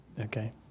okay